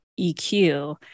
EQ